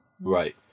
Right